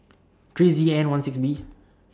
three Z N one six B